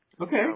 Okay